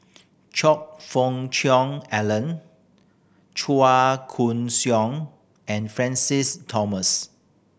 Choe Fook Cheong Alan Chua Koon Siong and Francis Thomas